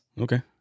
Okay